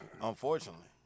unfortunately